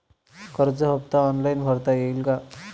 कर्ज हफ्ता ऑनलाईन भरता येईल का?